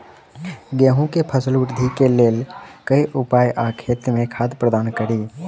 गेंहूँ केँ फसल वृद्धि केँ लेल केँ उपाय आ खेत मे खाद प्रदान कड़ी?